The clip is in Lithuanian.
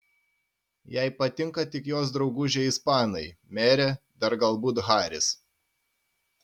jai patinka tik jos draugužiai ispanai merė dar galbūt haris